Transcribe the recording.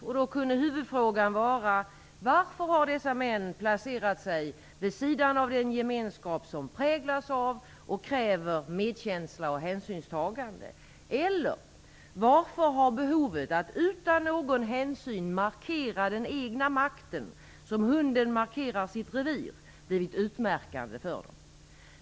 Huvudfrågan kunde då vara varför dessa män har placerat sig vid sidan av den gemenskap som präglas av och kräver medkänsla och hänsynstagande, eller varför behovet av att utan någon hänsyn markera den egna makten, liksom hunden markerar sitt revir, har blivit utmärkande för dem.